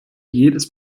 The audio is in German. jedes